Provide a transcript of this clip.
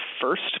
first